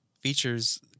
features